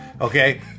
okay